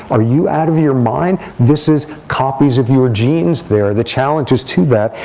are you out of your mind? this is copies of your genes there, the challenges to that.